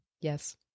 Yes